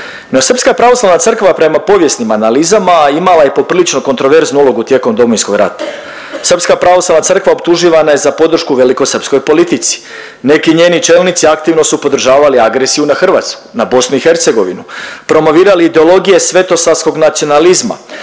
infrastrukture. No SPC prema povijesnim analizama imala je poprilično kontroverznu ulogu tijekom Domovinskog rata. SPC optuživana je za podršku velikosrpskoj politici, neki njeni čelnici aktivno su podržavali agresiju na Hrvatsku, na BiH, promovirali ideologije svetosavskog nacionalizma,